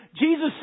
Jesus